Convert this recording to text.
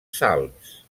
salms